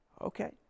okay